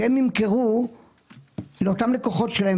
והם ימכרו אותם ללקוחות שלהם.